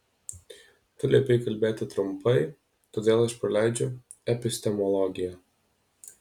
tu liepei kalbėti trumpai todėl aš praleidžiu epistemologiją